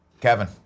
Kevin